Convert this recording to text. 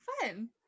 fun